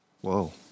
Whoa